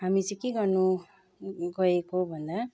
हामी चाहिँ के गर्नु गएको भन्दा